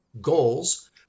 goals